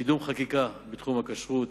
קידום חקיקה בתחום הכשרות,